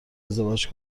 ازدواج